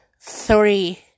three